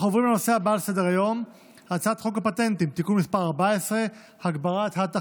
בעד, עשרה, אין מתנגדים, אין נמנעים.